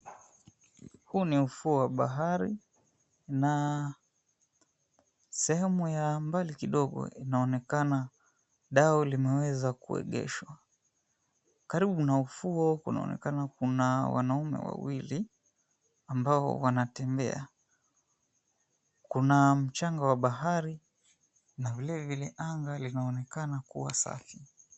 Huu ni ufuo wa bahari na sehemu ya mbali kidogo inaonekana dau limeweza kuegeshwa. Karibu na ufuo kunaonekana kuna wanaume wawili ambao wanatembea. Kuna mchanga wa bahari na vilevile anga inaonekana kuwa safi.